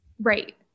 Right